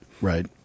Right